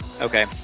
Okay